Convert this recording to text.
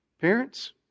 Parents